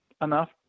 enough